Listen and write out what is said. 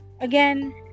Again